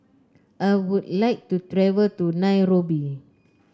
I would like to travel to Nairobi